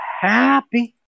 happy